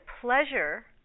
pleasure